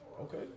Okay